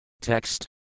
Text